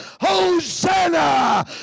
Hosanna